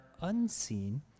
unseen